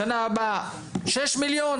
בשנה הבאה 6 מיליון,